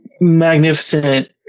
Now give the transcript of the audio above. magnificent